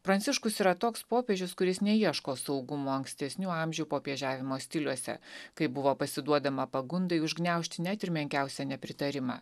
pranciškus yra toks popiežius kuris neieško saugumo ankstesnių amžių popiežiavimo stiliuose kaip buvo pasiduodama pagundai užgniaužti net ir menkiausią nepritarimą